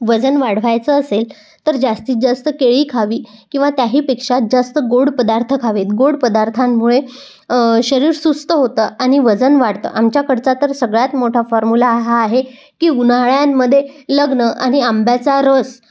वजन वाढवायचं असेल तर जास्तीत जास्त केळी खावी किंवा त्याहीपेक्षा जास्त गोड पदार्थ खवेत गोड पदार्थांमुळे शरीर सुस्त होतं आणि वजन वाढतं आमच्याकडचा तर सगळ्यात मोठा फॉर्मुला हा आहे की उन्हाळ्यांमध्ये लग्न आणि आंब्याचा रस